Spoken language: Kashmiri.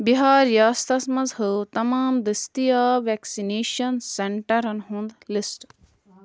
بِہار ریاستس منٛز ہٲو تمام دٔستیاب ویکسِنیٚشن سینٹرن ہُنٛد لِسٹ